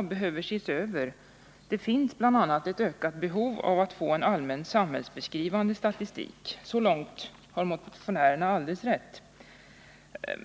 finns behöver ses över. Det finns bl.a. ett ökat behov av allmänt samhällsbeskrivande statistik. Så långt har motionärerna rätt.